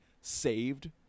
saved